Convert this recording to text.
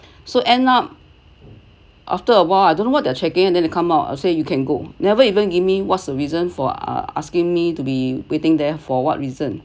so end up after a while I don't know what they're checking and then they come out to say you can go never even give me what's a reason for our asking me to be waiting there for what reason